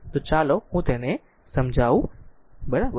તો ચાલો હું આને સમજાવું બરાબર